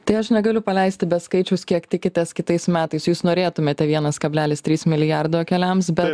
tai aš negaliu paleisti be skaičiaus kiek tikitės kitais metais jūs norėtumėte vienas kablelis trys milijardo keliams bet